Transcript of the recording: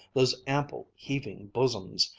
those ample, heaving bosoms,